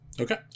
Okay